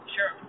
Sure